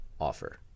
offer